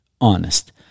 honest